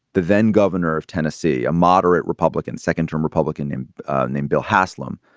the then governor of tennessee, a moderate republican, second term republican named named bill haslam,